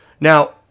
Now